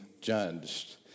judged